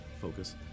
focus